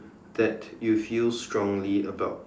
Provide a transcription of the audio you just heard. that you feel strongly about